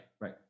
right